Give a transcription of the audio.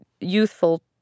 youthful